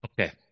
Okay